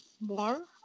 more